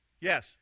Yes